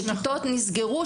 שכיתות נסגרו,